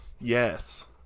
Yes